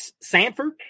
Sanford